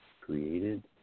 created